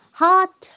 hot